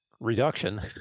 reduction